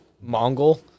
Mongol